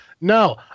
No